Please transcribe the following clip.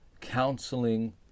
counseling